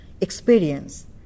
experience